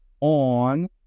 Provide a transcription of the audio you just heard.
on